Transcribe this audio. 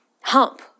hump